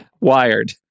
Wired